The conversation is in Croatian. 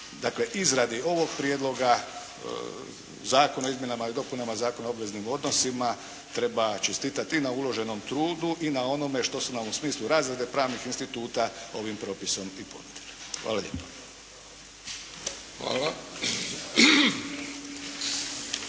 u izradi ovog prijedloga, Zakona o izmjenama i dopunama Zakona o obveznim odnosima treba čestitati i na uloženom trudu i na onome što su nam u smislu razrade pravnih instituta ovim propisom i ponudili. Hvala lijepo.